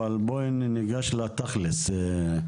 אבל בואי ניגש לתכלס.